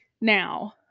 now